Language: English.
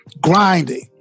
grinding